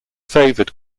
favored